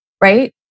Right